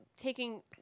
taking